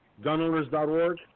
gunowners.org